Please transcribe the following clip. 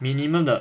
minimum 的